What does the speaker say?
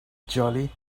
jolly